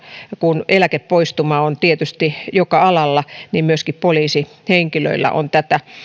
kun eläkepoistuma tietysti joka alalla ja myöskin poliisihenkilöillä on tätä